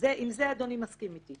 עם זה אדוני מסכים איתי.